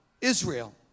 Israel